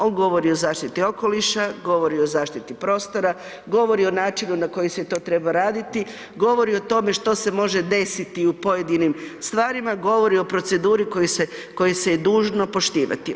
On govori o zaštiti okoliša, govori o zaštiti prostora, govori o načinu na koji se to treba raditi, govori o tome što se može desiti u pojedinim stvarima, govori o proceduri koju se je dužno poštivani.